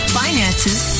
finances